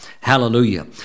Hallelujah